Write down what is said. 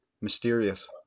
mysterious